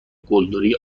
قلدری